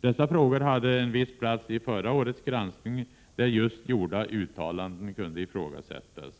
Dessa frågor hade viss plats i förra årets granskning, där just gjorda uttalanden kunde ifrågasättas.